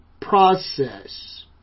process